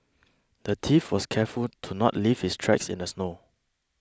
the thief was careful to not leave his tracks in the snow